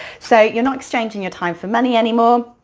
so, you're not exchanging your time for money anymore.